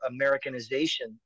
Americanization